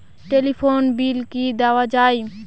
Telephone bill কি দেওয়া যায়?